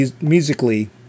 musically